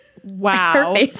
Wow